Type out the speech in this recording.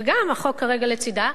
וגם החוק כרגע לצדה,